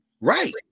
Right